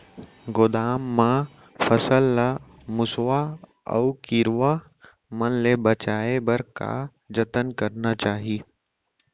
गोदाम मा फसल ला मुसवा अऊ कीरवा मन ले बचाये बर का जतन करना चाही?